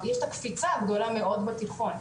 יש את הקפיצה הגדולה מאוד בתיכון,